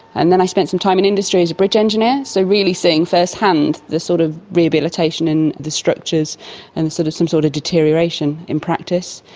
and then i spent some time in industry as a bridge engineer, so really seeing firsthand the sort of rehabilitation in the structures and sort of the sort of deterioration in practice.